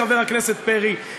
חבר הכנסת פרי,